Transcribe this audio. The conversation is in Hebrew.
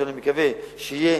שאני מקווה שיהיה,